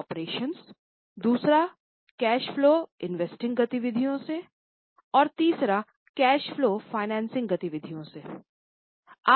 operation गति विधि से है